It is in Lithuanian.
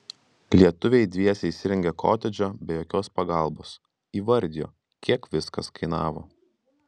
lietuviai dviese įsirengė kotedžą be jokios pagalbos įvardijo kiek viskas kainavo